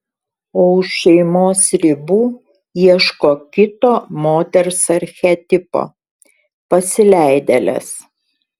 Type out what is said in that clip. o už šeimos ribų ieško kito moters archetipo pasileidėlės